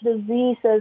diseases